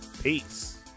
Peace